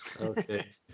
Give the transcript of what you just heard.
Okay